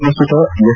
ಪ್ರಸ್ತುತ ಎಸ್